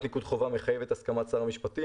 ניקוד חובה מחייבת הסכמת שר המשפטים.